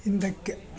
ಹಿಂದಕ್ಕೆ